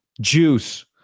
Juice